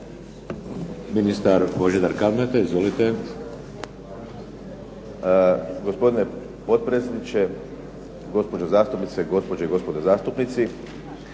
**Kalmeta, Božidar (HDZ)** Gospodine potpredsjedniče, gospođo zastupnice, gospođe i gospodo zastupnici.